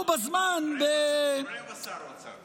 הוא רבע שר אוצר.